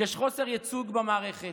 יש חוסר ייצוג במערכת.